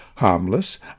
harmless